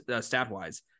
stat-wise